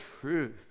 truth